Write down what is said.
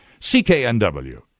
CKNW